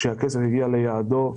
שהכסף מגיע ליעדו,